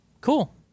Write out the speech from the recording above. cool